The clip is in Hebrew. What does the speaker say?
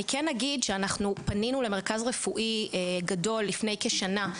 אני כן אגיד שאנחנו פנינו למרכז רפואי גדול לפני כשנה,